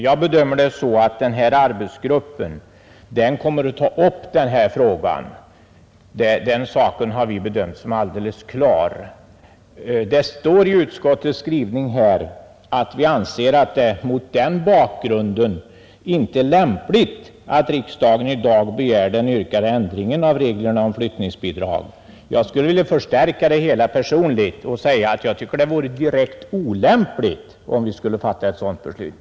Jag bedömer det så att arbetsgruppen kommer att ta upp frågan; den saken har vi betraktat som alldeles klar. Det står i utskottets betänkande att vi anser att det mot den bakgrunden inte är lämpligt att riksdagen i dag begär den yrkade ändringen av reglerna om flyttningsbidrag. Jag skulle personligen vilja förstärka detta och säga att jag tycker att det vore direkt olämpligt att fatta ett sådant beslut.